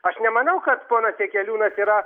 aš nemanau kad ponas jakeliūnas yra